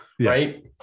Right